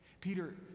Peter